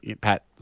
Pat